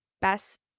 best